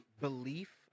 belief